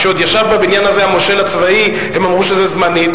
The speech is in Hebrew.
כשעוד ישב בבניין הזה המושל הצבאי הם אמרו שזה זמני.